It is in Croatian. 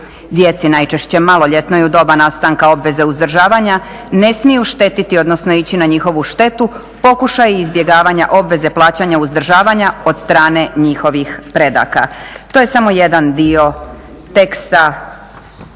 Djeci, najčešće maloljetnoj u doba nastanka obveze uzdržavanja ne smiju štetiti, odnosno ići na njihovu štetu pokušaji izbjegavanja obveze uzdržavanja od strane njihovih predaka. To je samo jedan dio teksta